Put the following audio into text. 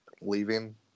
leaving